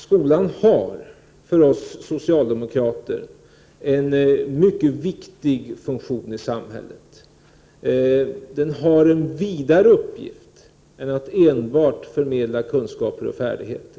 Skolan har för oss socialdemokrater en mycket viktig funktion i samhället. Den har en vidare uppgift än att enbart förmedla kunskaper och färdigheter.